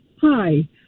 Hi